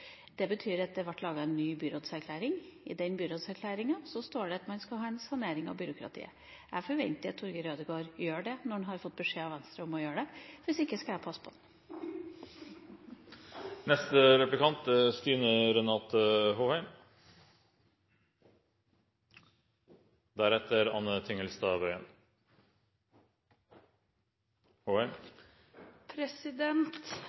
Det betyr at det ble laget en ny byrådserklæring. I den byrådserklæringa står det at man skal ha en sanering av byråkratiet. Jeg forventer at Torger Ødegaard gjør det når han har fått beskjed av Venstre om å gjøre det. Hvis ikke skal jeg passe på.